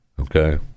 Okay